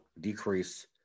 decrease